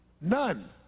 none